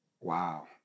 wow